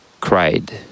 cried